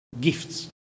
gifts